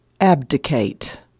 abdicate